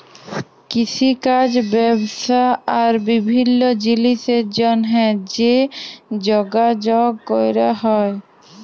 কিষিকাজ ব্যবসা আর বিভিল্ল্য জিলিসের জ্যনহে যে যগাযগ ক্যরা হ্যয়